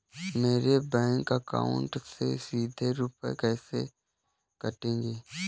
मेरे bank account से सीधे रुपए कैसे कटेंगे?